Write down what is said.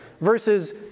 versus